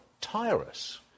Tyrus